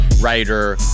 writer